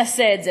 ננסה את זה,